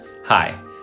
Hi